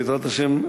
בעזרת השם,